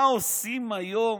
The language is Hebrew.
מה עושים היום?